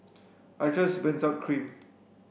I trust Benzac cream